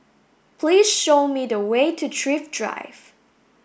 please show me the way to Thrift Drive